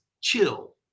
chill